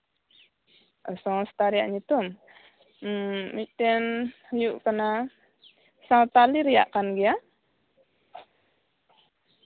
ᱥᱚᱝᱥᱛᱷᱟ ᱨᱮᱭᱟᱜ ᱧᱩᱛᱩᱢ ᱩᱸ ᱢᱤᱫᱴᱮᱱ ᱦᱩᱭᱩᱜ ᱠᱟᱱᱟ ᱥᱟᱶᱛᱟᱞᱤ ᱨᱮᱭᱟᱜ ᱠᱟᱱ ᱜᱮᱭᱟ